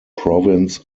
province